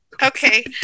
Okay